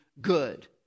good